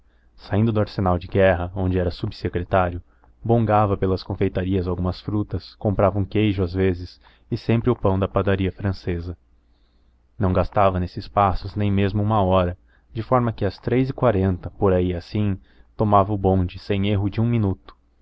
saindo do arsenal de guerra onde era subsecretário bongava pelas confeitarias algumas frutas comprava um queijo às vezes e sempre o pão da padaria francesa não gastava nesses passos nem mesmo uma hora de forma que às três e quarenta por aí assim tomava o bonde sem erro de um minuto